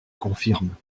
confirme